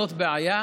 זאת בעיה,